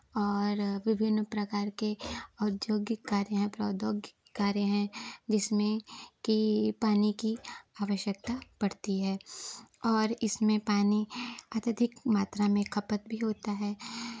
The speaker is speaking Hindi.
और विभिन्न प्रकार के औद्योगिक कार्य हैं प्रद्योगिक कार्य हैं जिसमें कि पानी की आवश्यकता पड़ती है और इसमें पानी अत्यधिक मात्रा में खपत भी होता है